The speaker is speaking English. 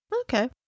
Okay